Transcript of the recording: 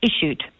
issued